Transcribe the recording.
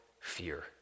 fear